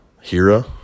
Hira